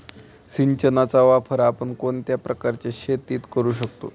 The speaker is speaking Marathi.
सिंचनाचा वापर आपण कोणत्या प्रकारच्या शेतीत करू शकतो?